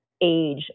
age